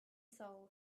soul